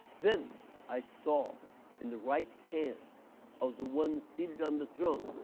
then i saw in the right hand of the one seated on the throne,